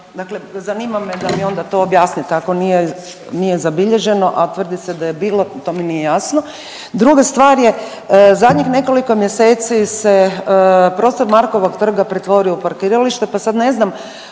dakle zanima me da mi onda to objasnite, ako nije zabilježeno, a tvrdi se da je bilo, to mi nije jasno, druga stvar je, zadnjih nekoliko mjeseci se prostor Markovog trga pretvorio u parkiralište pa sad ne znam,